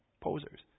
posers